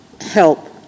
help